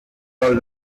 all